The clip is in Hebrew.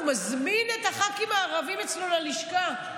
מזמין את הח"כים הערבים אליו ללשכה,